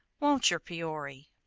won't yer, peory?